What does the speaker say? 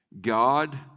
God